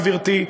גברתי,